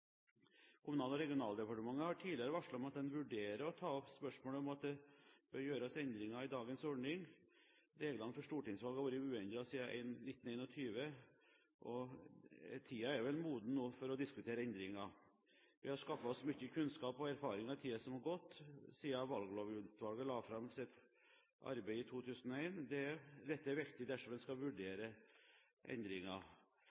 Kommunal- og regionaldepartementet har tidligere varslet at vi vurderer å ta opp spørsmålet om det bør gjøres endringer i dagens ordning. Reglene for stortingsvalg har vært uendret siden 1921, og tiden er vel moden nå for å diskutere endringer. Vi har skaffet oss mye kunnskap og erfaring i tiden som er gått siden Valglovutvalget la fram sitt arbeid i 2001. Dette er viktig dersom en skal